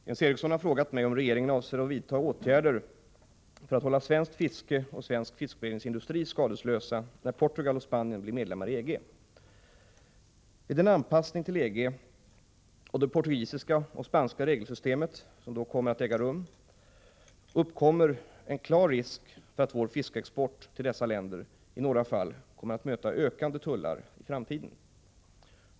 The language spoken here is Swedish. Fru talman! Jens Eriksson har frågat mig om regeringen avser att vidta för svenskt fiske av skadeslösa när Portugal och Spanien blir medlemmar i EG. Spaniens och Por Vid den anpassning till EG av det portugisiska och spanska regelsystemet tugals medlemskap som då kommer att äga rum uppkommer en klar risk för att vår fiskexport till ;EG dessa länder i några fall kommer att möta ökade tullar i framtiden.